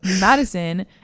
Madison